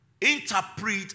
interpret